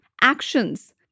Actions